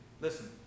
listen